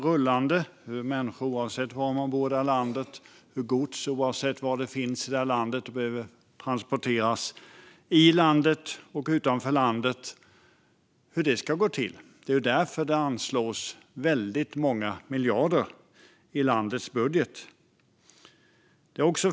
Det handlar om människor oavsett var de bor i landet och om gods som behöver transporteras i och utanför landet och om hur det ska gå till. Det är därför det anslås väldigt många miljarder i landets budget. Fru talman!